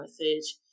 message